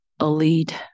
elite